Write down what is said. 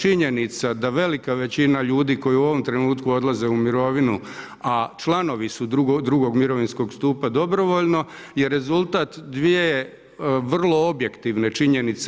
Činjenica da velika većina ljudi koji u ovom trenutku odlaze u mirovinu, a članovi su drugog mirovinskog stupa dobrovoljno je rezultat dvije vrlo objektivne činjenice.